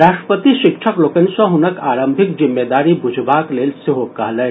राष्ट्रपति शिक्षक लोकनि सॅ हुनक आरंभिक जिम्मेदारी बुझबाक लेल सेहो कहलनि